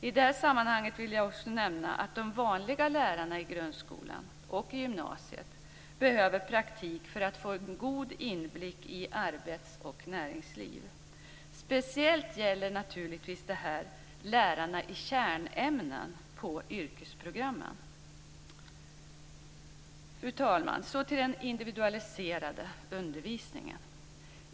I detta sammanhang vill jag också nämna att de vanliga lärarna i grundskolan och i gymnasiet behöver praktik för att få en god inblick i arbets och näringsliv. Speciellt gäller det naturligtvis lärarna i kärnämnen på yrkesprogrammen. Fru talman! Så till den individualiserade undervisningen.